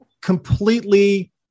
completely